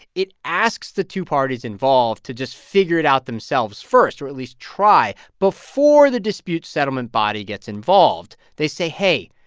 it asks the two parties involved to just figure it out themselves first, or at least try, before the dispute settlement body gets involved. they say, hey,